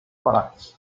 flights